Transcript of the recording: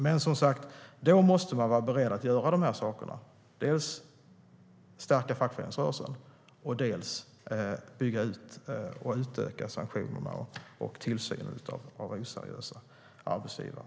Men, som sagt, då måste man vara beredd att genomföra dessa saker, dels stärka fackföreningsrörelsen, dels utöka sanktionerna för och tillsynen av oseriösa arbetsgivare.